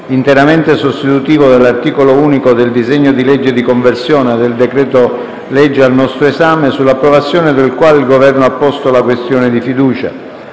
interamente sostitutivo dell'articolo unico del disegno di legge di conversione del decreto-legge 16 ottobre 2017, n. 148, sull'approvazione del quale il Governo ha posto la questione di fiducia.